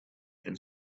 and